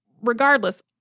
regardless